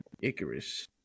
Icarus